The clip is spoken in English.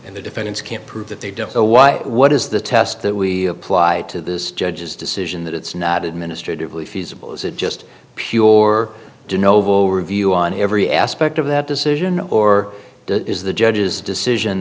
and the defendants can't prove that they don't know why what is the test that we apply to this judge's decision that it's not administratively feasible is it just pure or do noble review on every aspect of that decision or is the judge's decision